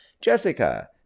Jessica